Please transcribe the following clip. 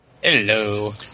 Hello